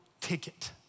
ticket